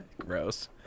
Gross